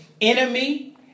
enemy